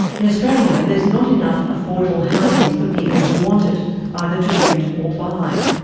in australia there is not enough affordable housing for people who want it, either to rent or buy.